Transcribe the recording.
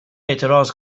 اعتراض